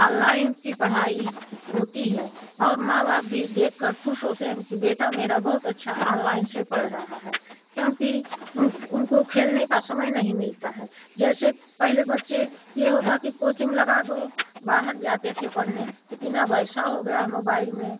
online की पढ़ाई होती है और माँ बाप भी देखकर खुश होते हैं कि बेटा मेरा अनलाइन से पढ़ रहा है क्योंकि उनको खेलने का समय नहीं मिल रहा है जैसे पहले बच्चे ये होता कि कोचिंग लगा दो बाहर जाते थे पढ़ने लेकिन अब ऐसा हो गया मोबाइल में